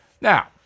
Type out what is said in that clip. Now